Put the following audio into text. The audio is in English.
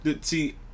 see